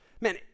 Man